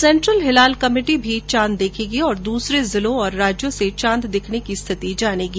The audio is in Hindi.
सेन्ट्रल हिलाल कमेटी भी चांद देखेगी और दूसरे जिलों और राज्यो से चांद दिखने की स्थिति जानेगी